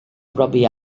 propi